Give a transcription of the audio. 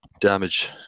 damage